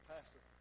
Pastor